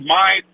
mind